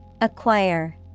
Acquire